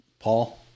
Paul